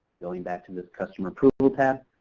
going back to this customer approval path.